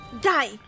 die